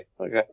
Okay